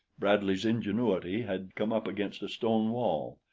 bradley's ingenuity had come up against a stone wall.